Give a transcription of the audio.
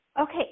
Okay